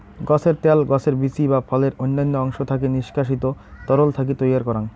গছের ত্যাল, গছের বীচি বা ফলের অইন্যান্য অংশ থাকি নিষ্কাশিত তরল থাকি তৈয়ার করাং